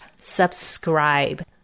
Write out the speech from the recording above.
subscribe